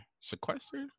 sequestered